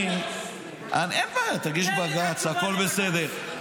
אין בעיה, תגיש בג"ץ, הכול בסדר.